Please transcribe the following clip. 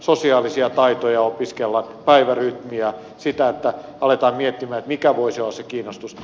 sosiaalisia taitoja opiskellaan päivärytmiä sitä että aletaan miettimään mikä voisi olla se kiinnostus